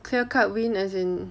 clear cut win as in